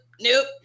nope